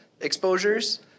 exposures